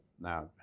Now